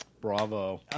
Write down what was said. Bravo